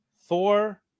Thor